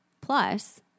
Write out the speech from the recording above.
plus